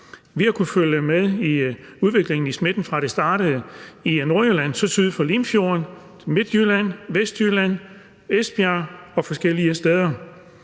Vi har kunnet følge med i udviklingen i smitten, fra det startede i Nordjylland, spredte sig syd for Limfjorden, til Midtjylland, Vestjylland, Esbjerg og forskellige andre